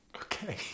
Okay